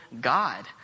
God